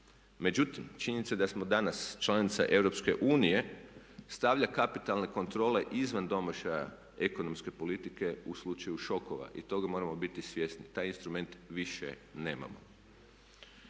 Međutim, činjenica da smo danas članica EU stavlja kapitalne kontrole izvan domašaja ekonomske politike u slučaju šokova. I toga moramo biti svjesni. Taj instrument više nemamo.